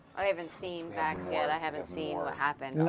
i haven't seen vax yet. i haven't seen what happened.